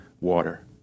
water